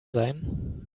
sein